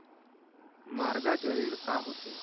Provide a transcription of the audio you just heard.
Mortgage ऋण का होथे?